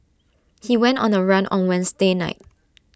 he went on the run on Wednesday night